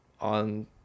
on